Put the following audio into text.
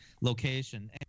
location